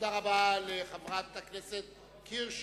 תודה רבה לחברת הכנסת קירשנבאום.